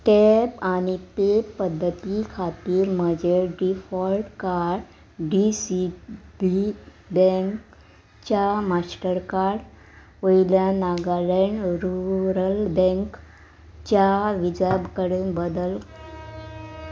tap आनी pay पद्दती खातीर म्हजें default card D C B bank च्या मास्टरकार्ड वयल्या नागालँड रुरल बँक च्या विजा कडेन बदल